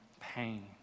pain